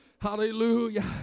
Hallelujah